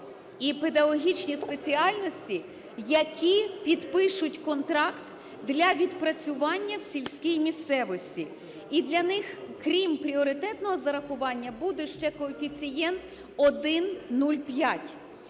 і педагогічні спеціальності, які підпишуть контракт для відпрацювання в сільській місцевості. І для них, крім пріоритетного зарахування, буде ще коефіцієнт 1,05.